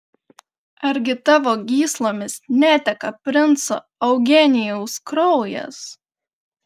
argi tavo gyslomis neteka princo eugenijaus kraujas